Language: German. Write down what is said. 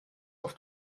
auf